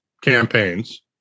campaigns